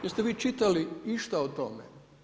Jeste vi čitali išta o tome?